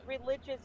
religious